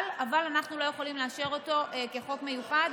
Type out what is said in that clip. אבל אנחנו לא יכולים לאשר אותו כחוק מיוחד